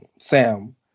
Sam